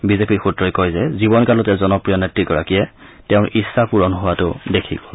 বিজেপিৰ সুত্ৰই কয় যে জীৱনকালতে জনপ্ৰিয় নেত্ৰীগৰাকীয়ে তেওঁৰ ইচ্ছা পূৰণ হোৱাটো দেখি গল